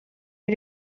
you